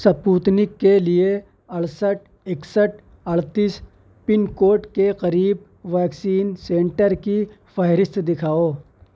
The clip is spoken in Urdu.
سپوتنک کے لیے اڑسٹ اکسٹھ اڑتس پن کوڈ کے قریب ویکسین سنٹر کی فہرست دکھاؤ